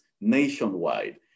nationwide